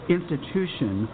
institution